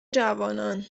جوانان